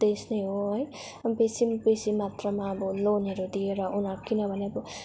देश नै हो है बेसी न बेसी मात्रमा अब लोनहरू दिएर उनीहरू किनभने अब